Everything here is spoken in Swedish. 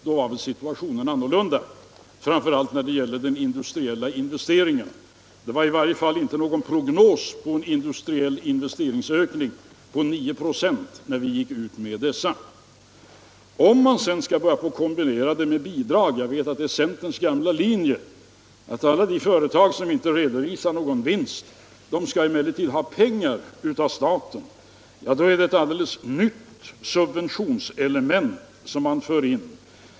Då var situationen annorlunda, framför allt när det gällde de industriella investeringarna. Det förelåg i varje fall inte någon prognos om en ökning av de industriella investeringarna på 9 96 när vi beslutade om maskininvesteringsavdraget. Om man sedan skall börja kombinera dessa investeringsavdrag med bidrag — jag vet att det är centerns gamla linje att alla företag som inte redovisar någon vinst skall få pengar av staten — är det fråga om ett helt nytt subventionselement.